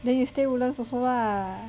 then you stay woodlands also lah